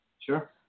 Sure